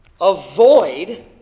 avoid